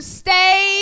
stay